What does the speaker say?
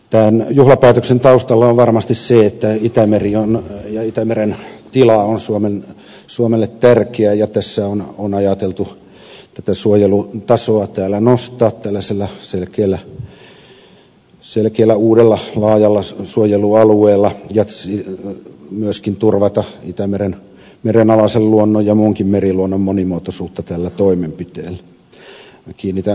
tämän juhlapäätöksen taustalla on varmasti se että itämeren tila on suomelle tärkeä ja tässä on ajateltu suojelun tasoa nostaa tällaisella selkeällä uudella laajalla suojelualueella ja myöskin turvata itämeren merenalaisen luonnon ja muunkin meriluonnon monimuotoisuutta tällä toimenpiteellä